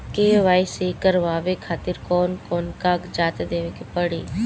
KYC करवावे खातिर कौन कौन कागजात देवे के पड़ी?